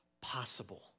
possible